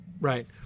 right